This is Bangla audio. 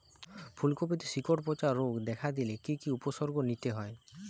ফুলকপিতে শিকড় পচা রোগ দেখা দিলে কি কি উপসর্গ নিতে হয়?